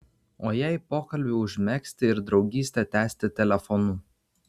o jei pokalbį užmegzti ir draugystę tęsti telefonu